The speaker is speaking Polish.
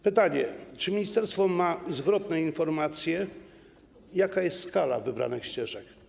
Pytanie: Czy ministerstwo ma zwrotne informacje, jaka jest skala wybranych ścieżek?